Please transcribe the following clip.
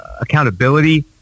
accountability